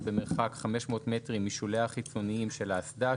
במרחק 500 מטרים משוליה החיצוניים של האסדה,